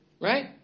right